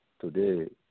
Today